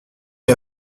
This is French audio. est